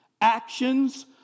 Actions